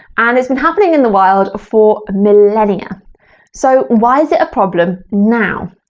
and it's been happening in the wild for millennia so why is it a problem now?